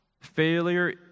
failure